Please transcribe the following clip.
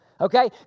Okay